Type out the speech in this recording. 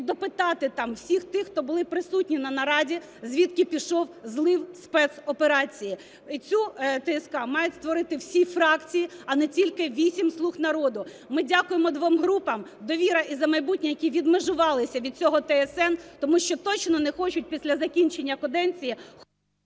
допитати там всіх тих, хто були присутні на нараді, звідки пішов злив спецоперації. І цю ТСК мають створити всі фракції, а не тільки вісім "слуг народу". Ми дякуємо двом групам "Довіра" і "За майбутнє", які відмежувалися від цього ТСН, тому що точно не хочуть після закінчення каденції…